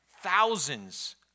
thousands